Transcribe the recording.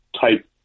type